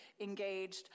engaged